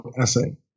essay